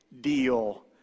deal